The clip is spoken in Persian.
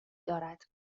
دارد